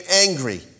angry